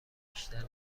بیشتر